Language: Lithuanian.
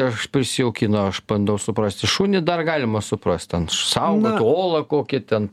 aš prisijaukino aš bandau suprasti šunį dar galima suprast ten saugot olą kokį ten